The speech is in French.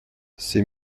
ces